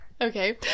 okay